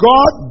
God